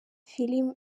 filime